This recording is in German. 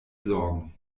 sorgen